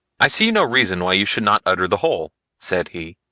i see no reason why you should not utter the whole, said he.